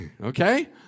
Okay